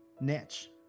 niche